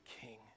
king